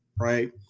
Right